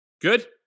Good